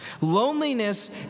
Loneliness